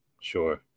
Sure